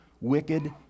wicked